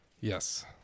Yes